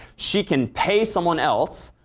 she can pay someone else,